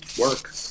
work